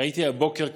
ראיתי הבוקר כותרת: